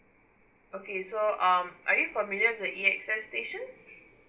okay so um are you familiar the A_X_S station